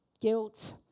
guilt